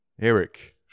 Eric